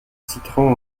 citron